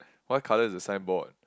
what colour is the signboard